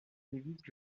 évite